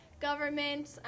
government